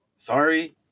Sorry